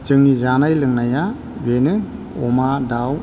जोंनि जानाय लोंनाया बेनो अमा दाउ